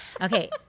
Okay